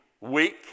weak